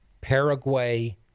Paraguay